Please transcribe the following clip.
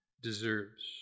deserves